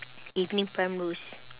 evening primrose